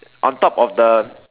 on top of the